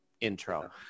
intro